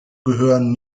gehören